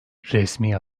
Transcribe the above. resmi